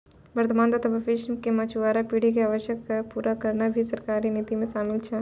वर्तमान तथा भविष्य के मछुआरा पीढ़ी के आवश्यकता क पूरा करना भी सरकार के नीति मॅ शामिल छै